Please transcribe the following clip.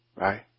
right